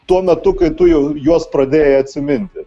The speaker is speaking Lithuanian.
tuo metu kai tu jau juos pradėjai atsiminti